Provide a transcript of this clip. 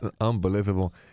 unbelievable